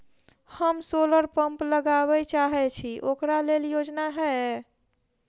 हम solar pump लगाबै चाहय छी ओकरा लेल योजना हय?